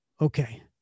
okay